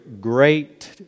great